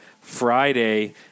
Friday